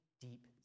deep